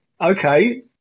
Okay